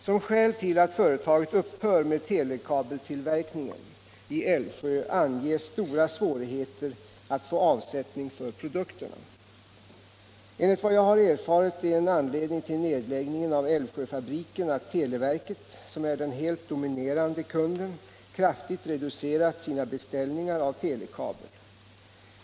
Som skäl till att företaget upphör med telekabeltillverkningen i Älvsjö anges stora svårigheter att få avsättning för produkterna. Enligt vad jag har erfarit är en anledning till nedläggningen av Älvsjöfabriken att televerket, som är den helt dominerande kunden, kraftigt reducerat sina beställningar av telekabel.